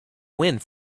wind